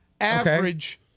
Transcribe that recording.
Average